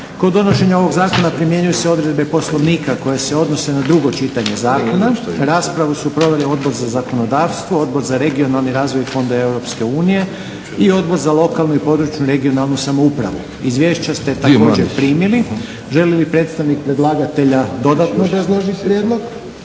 Kod donošenja ovog zakona primjenjuju se odredbe poslovnika koje se odnose na drugo čitanje zakona. Raspravu su proveli Odbor za zakonodavstvo, Odbor za regionalni razvoj i fondove EU i Odbor za lokalnu i područnu, regionalnu samoupravu. Izvješća ste primili. Želi li predstavnik predlagatelja dodatno obrazložiti prijedlog?